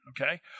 Okay